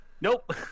Nope